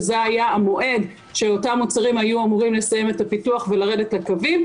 שזה היה המועד שאותם מוצרים היו אמורים לסיים את הפיתוח ולרדת לקווים,